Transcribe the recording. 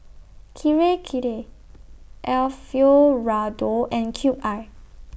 Kirei Kirei Alfio Raldo and Cube I